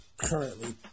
currently